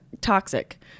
toxic